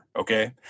Okay